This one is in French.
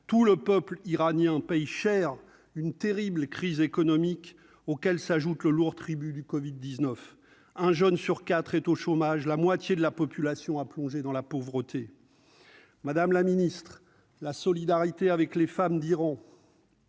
tout le peuple iranien paye cher une terrible crise économique auquel s'ajoute le lourd tribut du Covid 19 : un jeune sur 4 est au chômage la moitié de la population a plongé dans la pauvreté, madame la Ministre, la solidarité avec les femmes d'Iran.